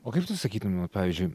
o kaip tu sakytum va pavyzdžiui